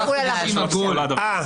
השאלה מה ואינה